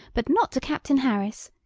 but not to captain harris.